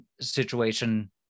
situation